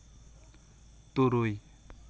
ᱛᱩᱨᱩᱭ